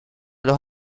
los